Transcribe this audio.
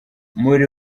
muri